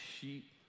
sheep